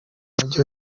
mujyi